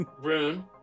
Rune